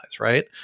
right